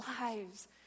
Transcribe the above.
lives